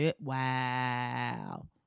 wow